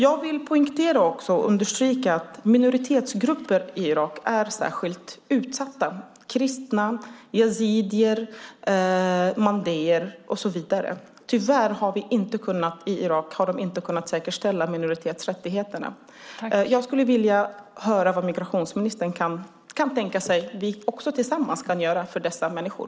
Jag vill poängtera och understryka att minoritetsgrupper i Irak är särskilt utsatta: kristna, yezidier, mandéer och så vidare. Tyvärr har man i Irak inte kunnat säkerställa minoriteternas rättigheter. Jag skulle vilja höra vad migrationsministern kan tänka sig att vi tillsammans kan göra för dessa människor.